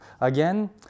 again